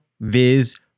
Viz